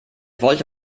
wollte